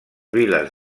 viles